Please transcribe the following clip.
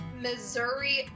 Missouri